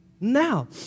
now